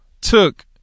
took